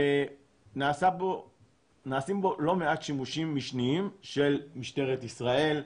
ונעשים בו לא מעט שימושים משניים של משטרת ישראל,